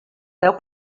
veu